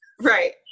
Right